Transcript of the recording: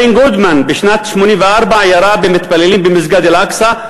בשנת 1984 אלן גודמן ירה במתפללים במסגד אל-אקצא,